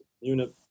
unit